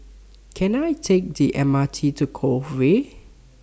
Can I Take The M R T to Cove Way